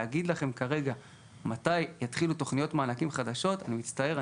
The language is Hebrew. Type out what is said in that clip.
להגיד לכם כרגע מתי יתחילו תוכניות מענקים חדשות אני מצטער,